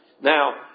Now